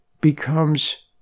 becomes